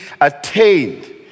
attained